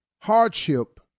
hardship